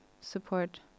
support